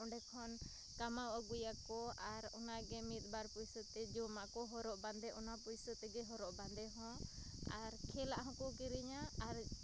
ᱚᱸᱰᱮ ᱠᱷᱚᱱ ᱠᱟᱢᱟᱣ ᱟᱹᱜᱩᱭᱟᱠᱚ ᱟᱨ ᱚᱱᱟᱜᱮ ᱢᱤᱫᱼᱵᱟᱨ ᱯᱩᱭᱥᱟᱹᱛᱮ ᱡᱚᱢᱟᱜᱠᱚ ᱦᱚᱨᱚᱜᱼᱵᱟᱸᱫᱮ ᱚᱱᱟ ᱯᱩᱭᱥᱟᱹᱛᱮᱜᱮ ᱦᱚᱨᱚᱜᱼᱵᱟᱸᱫᱮᱦᱚᱸ ᱟᱨ ᱠᱷᱮᱞᱟᱜᱦᱚᱸᱠᱚ ᱠᱤᱨᱤᱧᱟ ᱟᱨ